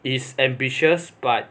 is ambitious but